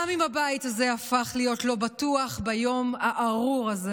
גם אם הבית הזה הפך להיות לא בטוח ביום הארור הזה.